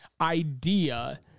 idea